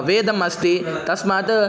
वेदम् अस्ति तस्मात्